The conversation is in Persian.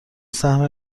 سهم